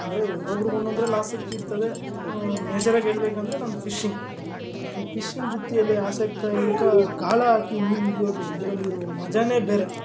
ಅಂದರೆ ಒಬ್ಬೊಬ್ರುಗೆ ಒಂದೊಂದ್ರಲ್ಲಿ ಆಸಕ್ತಿ ಇರ್ತದೆ ಮೇಜರಾಗಿ ಹೇಳ್ಬೇಕ್ ಅಂದರೆ ನನ್ಗೆ ಫಿಶಿಂಗ್ ಈ ಫಿಶಿಂಗ್ ವೃತ್ತಿಯಲ್ಲಿ ಆಸಕ್ತರಿಗೆ ಗಾಳ ಹಾಕಿ ಮೀನು ಹಿಡಿಯೋದು ಇದರಲ್ಲಿರೋ ಮಜಾನೇ ಬೇರೆ